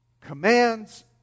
commands